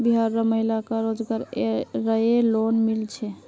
बिहार र महिला क रोजगार रऐ लोन मिल छे